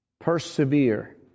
Persevere